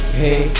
hey